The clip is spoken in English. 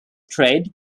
trade